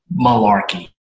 malarkey